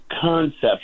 concept